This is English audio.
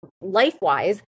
life-wise